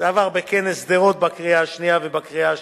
זה עבר בכנס שדרות בקריאה השנייה ובקריאה השלישית.